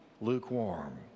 lukewarm